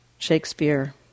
Shakespeare